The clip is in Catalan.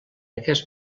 aquest